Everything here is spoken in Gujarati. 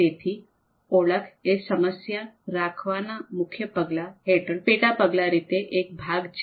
તેથી ઓળખ એ સમસ્યા રચવાના મુખ્ય પગલા હેઠળ પેટા પગલા રીતે એક ભાગ છે